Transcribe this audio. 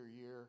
year